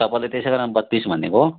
तपाईँलाई त्यसै कारण बत्तिस भनिदिएको